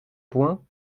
point